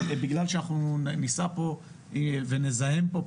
בגלל שאנחנו ניסע פה ונזהם פה פחות,